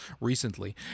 recently